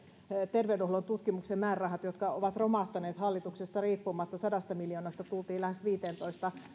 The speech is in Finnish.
terveydenhuollon tutkimuksen määrärahat jotka ovat romahtaneet hallituksesta riippumatta sadasta miljoonasta tultiin lähes viiteentoista